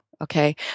Okay